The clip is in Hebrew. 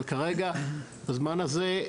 אבל כרגע בזמן הזה,